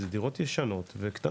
היא שמדובר בדירות ישנות וקטנות,